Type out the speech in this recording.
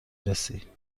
رسی